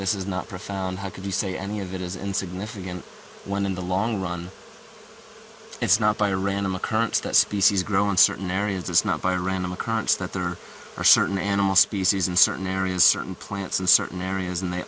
this is not profound how could you say any of it is a significant one in the long run it's not by a random occurrence that species grow in certain areas it's not by a random occurrence that there are certain animal species in certain areas certain plants and certain areas and they